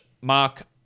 Mark